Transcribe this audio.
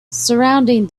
surrounding